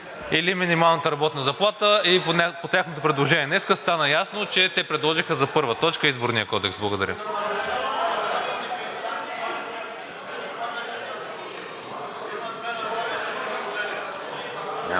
или минималната работна заплата? И от тяхното предложение днес стана ясно, че те предложиха за първа точка Изборния кодекс. Благодаря.